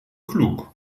klug